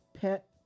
pet